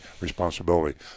responsibility